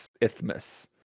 isthmus